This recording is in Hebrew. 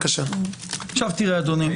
אדוני,